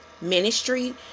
ministry